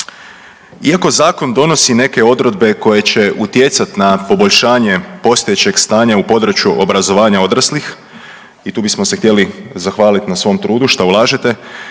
Iako zakon donosi neke odredbe koje će utjecat na poboljšanje postojećeg stanja u području obrazovanja odraslih i tu bismo se htjeli zahvalit na svom trudu šta ulažete,